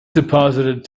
deposited